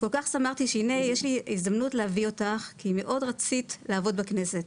כל כך שמחתי שהנה יש לי הזדמנות להביא אותך כי מאוד רצית לעבוד בכנסת.